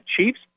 Chiefs